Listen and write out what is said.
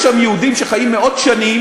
יש שם יהודים שחיים מאות שנים,